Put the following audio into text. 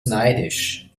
neidisch